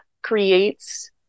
Creates